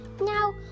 now